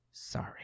Sorry